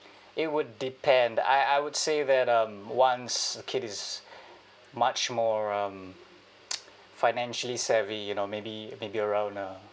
it would depend I I would say that um once a kid is much more um financially savvy you know maybe maybe around uh